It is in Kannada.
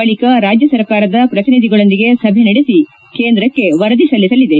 ಬಳಿಕ ರಾಜ್ಯ ಸರ್ಕಾರದ ಪ್ರತಿನಿಧಿಗಳೊಂದಿಗೆ ಸಭೆ ನಡೆಸಿ ಕೇಂದ್ರಕ್ಷೆ ವರದಿ ಸಲ್ಲಿಸಲಿದೆ